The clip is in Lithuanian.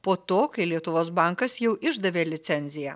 po to kai lietuvos bankas jau išdavė licenciją